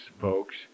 folks